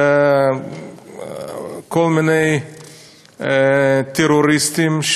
לכל מיני טרוריסטים,